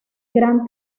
gran